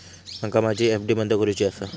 माका माझी एफ.डी बंद करुची आसा